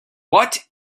what